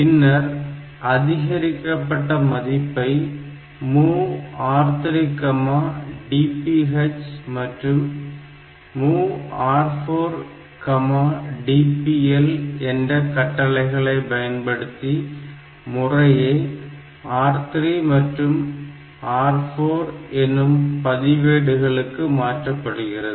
பின்னர் அதிகரிக்கப்பட்ட மதிப்பை MOV R3DPH மற்றும் MOV R4DPL என்ற கட்டளைகளை பயன்படுத்தி முறையே R3 மற்றும் R4 எனும் பதிவேடுகளுக்கு மாற்றப்படுகிறது